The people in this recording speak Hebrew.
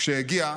כשהגיע,